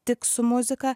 tik su muzika